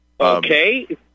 Okay